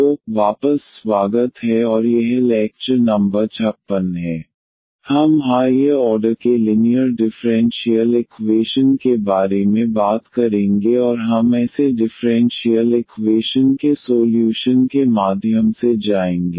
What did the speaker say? तो वापस स्वागत है और यह लैक्चर नंबर 56 है हम हाइयर ऑर्डर के लिनीयर डिफ़्रेंशियल इकवेशन के बारे में बात करेंगे और हम ऐसे डिफ़्रेंशियल इकवेशन के सोल्यूशन के माध्यम से जाएंगे